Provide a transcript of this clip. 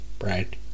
right